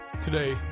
today